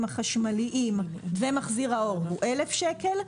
החשמליים ומחזיר האור זה 1,000 שקלים,